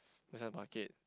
put inside bucket